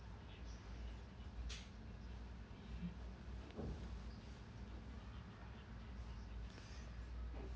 yeah